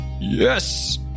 Yes